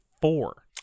four